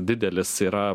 didelis yra